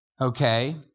okay